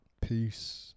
Peace